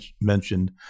mentioned